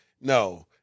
No